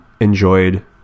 enjoyed